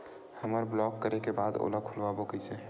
हमर ब्लॉक करे के बाद ओला खोलवाबो कइसे?